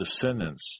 descendants